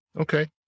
okay